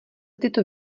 tyto